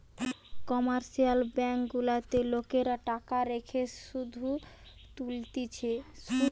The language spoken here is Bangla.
কমার্শিয়াল ব্যাঙ্ক গুলাতে লোকরা টাকা রেখে শুধ তুলতিছে